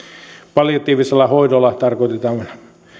palliatiivisella hoidolla tarkoitetaan